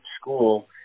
school